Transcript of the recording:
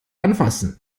anfassen